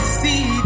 see